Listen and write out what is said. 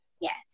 Yes